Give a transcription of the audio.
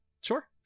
sure